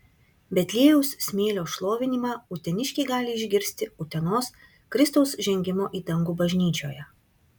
betliejaus smėlio šlovinimą uteniškiai gali išgirsti utenos kristaus žengimo į dangų bažnyčioje